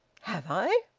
have i.